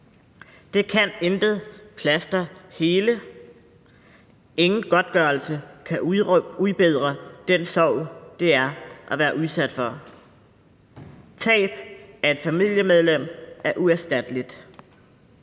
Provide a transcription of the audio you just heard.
Det kan intet plaster hele; ingen godtgørelse kan udbedre den sorg, det er, at være udsat for det. Tab af et familiemedlem er uerstatteligt.